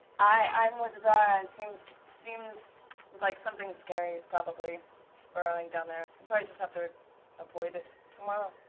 i'm with zahra. seems seems like something scary is probably burrowing down there. we'll probably just have to avoid it tomorrow.